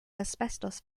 asbestos